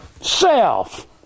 Self